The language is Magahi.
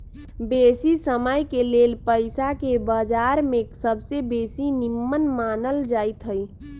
बेशी समयके लेल पइसाके बजार में सबसे बेशी निम्मन मानल जाइत हइ